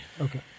Okay